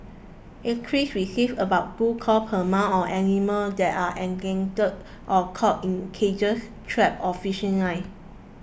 acres receives about two calls per month on animals there are entangled or caught in cages traps or fishing lines